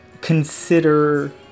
consider